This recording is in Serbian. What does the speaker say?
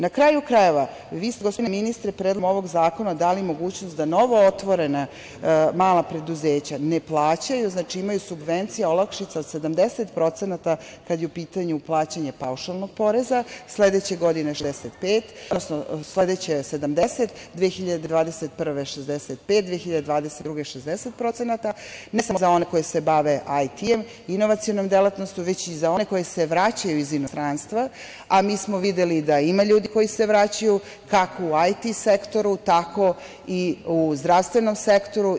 Na kraju krajeva, vi ste, gospodine ministre, predlogom ovog zakona dali mogućnost da novootvorena mala preduzeća ne plaćaju, znači imaju subvencije, olakšice, od 70% kada je u pitanju plaćanje paušalnog poreza, sledeće godine 70%, godine 2021. 65%, 2021. godine 60%, ne samo za one koji se bave IT, inovacionom delatnošću, već i za one koji se vraćaju iz inostranstva, a mi smo videli da ima ljudi koji se vraćaju, kako u IT sektoru, tako i u zdravstvenom sektoru.